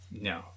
No